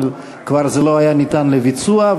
אבל זה כבר לא ניתן לביצוע.